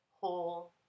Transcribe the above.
whole